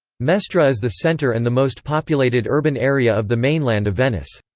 mestre ah is the center and the most populated urban area of the mainland of venice.